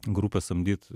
grupes samdyt